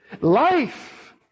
life